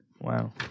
Wow